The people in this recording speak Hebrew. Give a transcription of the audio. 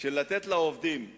של לתת לעובדים הבראה,